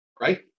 right